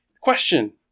Question